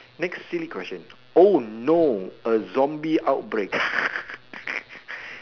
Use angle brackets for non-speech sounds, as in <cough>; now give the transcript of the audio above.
next silly question oh no a zombie outbreak <laughs>